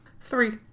Three